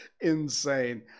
insane